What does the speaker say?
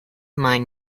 mine